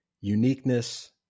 uniqueness